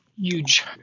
huge